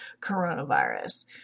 coronavirus